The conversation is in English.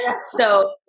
So-